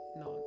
no